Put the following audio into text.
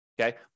Okay